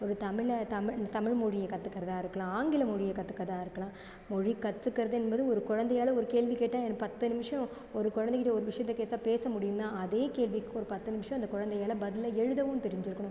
ஒரு தமிழை தமிழ் தமிழ் மொழியை கற்றுக்கறதா இருக்கலாம் ஆங்கில மொழிய கற்றுக்கறதா இருக்கலாம் மொழி கற்றுக்கறது என்பது ஒரு குழந்தையால் ஒரு கேள்வி கேட்டால் பத்து நிமிடம் ஒரு குழந்தைக்கிட்டே ஒரு விஷயத்தை கேட்டால் பேச முடியும்னால் அதே கேள்விக்கு ஒரு பத்து நிமிடம் அந்த குழந்தையால் பதிலை எழுதவும் தெரிஞ்சு இருக்கணும்